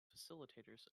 facilitators